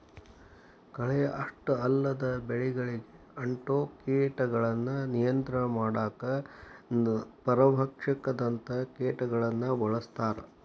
ಕಳೆ ಅಷ್ಟ ಅಲ್ಲದ ಬೆಳಿಗಳಿಗೆ ಅಂಟೊ ಕೇಟಗಳನ್ನ ನಿಯಂತ್ರಣ ಮಾಡಾಕ ಪರಭಕ್ಷಕದಂತ ಕೇಟಗಳನ್ನ ಬಳಸ್ತಾರ